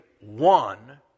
one